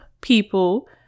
people